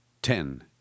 Ten